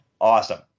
Awesome